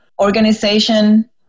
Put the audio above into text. organization